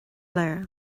léir